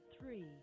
three